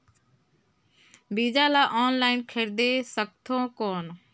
बीजा ला ऑनलाइन खरीदे सकथव कौन?